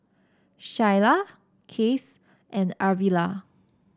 Shyla Case and Arvilla